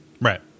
Right